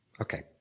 Okay